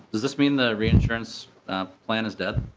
does this mean there re-insurance plan is dead?